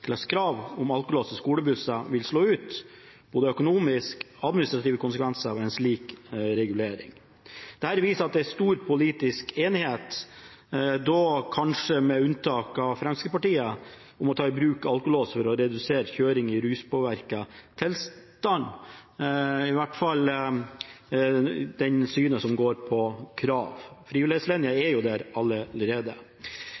krav om alkolås i skolebusser vil slå ut, både økonomiske og administrative konsekvenser ved en slik regulering. Dette viser at det er stor politisk enighet – dog kanskje med unntak av Fremskrittspartiet – om å ta i bruk alkolås for å redusere kjøring i ruspåvirket tilstand, i hvert fall om det som går på krav; frivillighetslinja er jo der allerede.